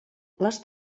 les